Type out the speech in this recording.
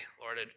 Lord